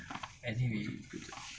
anyway